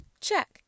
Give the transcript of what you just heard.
check